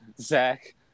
Zach